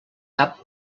cap